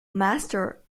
master